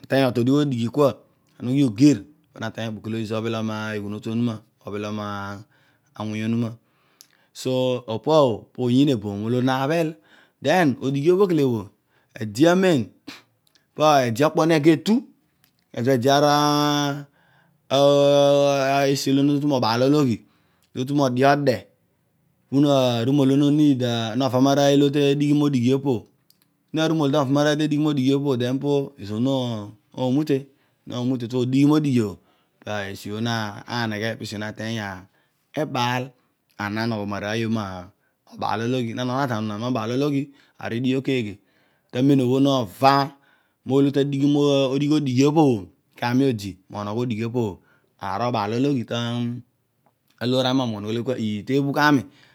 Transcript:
na teeny otodigh odigh, kua ka ana ugh, ugir na teeny okpok, olo pa ana eseghe obhelom eghuno tu onuma, obhelom awuny. onuma, so opo tho pooyin oboom olo na abhel den odighi obho kole bho unintelligeable idion amen po idin okpo ne ga en kezo who lede unintelligeable esi olo no tu moobatologhi, nutu mọde̱ ọde̱ po na aru molo nova marouy olo tadighi modighi obho na ru molo to ova ma arooy olo te dighi molighi opo bhu, den po ezur no mute, nomute utu, odighi mo dighi obho peesi obhu ma negae, pesi obho nateny ebaal and na nogbo pou jerovy mebaalologhi na nogho na rami me baalologhi aar obh o idighi bho keghe tu men obho nova mouy olo tudighi modigh odighi opo bho kami bde mo nogho, aar obaalodoghi tu loor ami mo moghon oghol ekua e ta bhugh ghami.